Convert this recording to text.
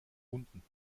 unten